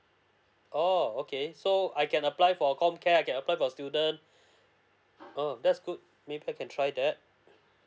oo okay so I can apply for comcare I can apply for student uh that's good maybe I can try that